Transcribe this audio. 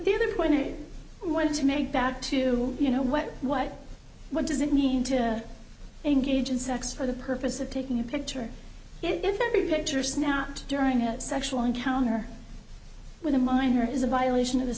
the other point i want to make back to you know what what what does it mean to engage in sex for the purpose of taking a picture if every picture snapped during a sexual encounter with a minor is a violation of the